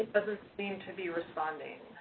doesn't seem to be responding,